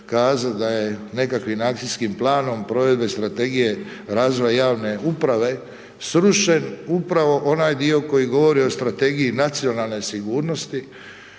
kazat da je nekakvim akcijskim planom provedbe strategije razvoja javne uprave, srušen upravo onaj dio koji govori o strategiji nacionalne sigurnosti